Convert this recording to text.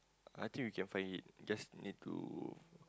I think we can find it just need to